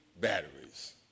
batteries